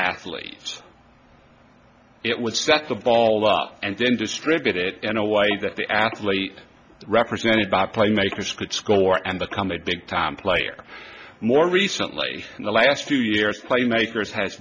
athletes it would set the ball up and then distribute it in a way that the athlete represented by play makers could score and the comet big time player more recently in the last few years play makers has